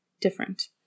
different